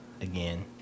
again